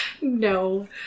No